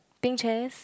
pink chairs